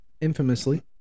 infamously